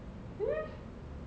hmm